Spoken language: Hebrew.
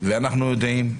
ואנחנו יודעים,